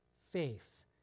faith